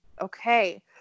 okay